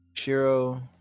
Shiro